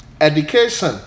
education